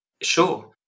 Sure